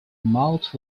mouth